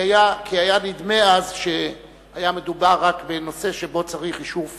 כי היה נדמה אז שהיה מדובר רק בנושא שבו צריך אישור פורמלי,